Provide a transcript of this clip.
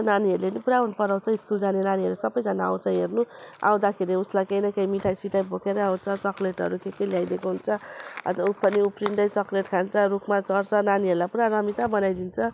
नानीहरूले पनि पुरा मनपराउँछ स्कुल जाने नानीहरू सबैजना आउँछ हेर्नु आउँदाखेरि उसलाई केही न केही मिठाईसिटाई बोकेरै आउँछ चक्लेटहरू के के ल्याइदिएको हुन्छ अन्त ऊ पनि उफ्रिँदै चक्लेट खान्छ रुखमा चढ्छ नानीहरूलाई पुरा रमिता बनाइदिन्छ